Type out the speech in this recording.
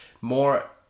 more